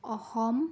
Assam